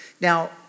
Now